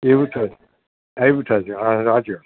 એવું થયું એવું થશે હા સાચી વાત